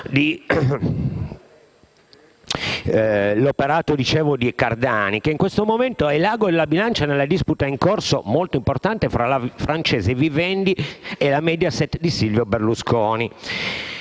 l'operato di Cardani che in questo momento è l'ago della bilancia nella disputa in corso, molto importante, fra la francese Vivendi e la Mediaset di Silvio Berlusconi.